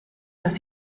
dass